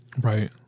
Right